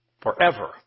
Forever